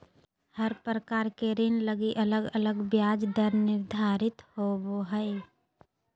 हर प्रकार के ऋण लगी अलग अलग ब्याज दर निर्धारित होवो हय